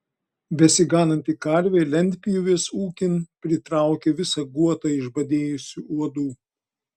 besigananti karvė lentpjūvės ūkin pritraukė visą guotą išbadėjusių uodų